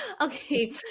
Okay